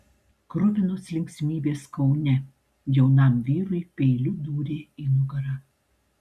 kruvinos linksmybės kaune jaunam vyrui peiliu dūrė į nugarą